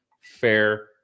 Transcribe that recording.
fair